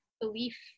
belief